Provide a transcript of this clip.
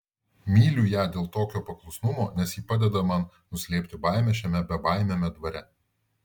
myliu ją dėl tokio paklusnumo nes ji padeda man nuslėpti baimę šiame bebaimiame dvare